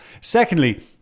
Secondly